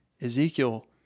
Ezekiel